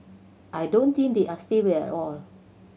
I don't think they are stable at all